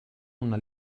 una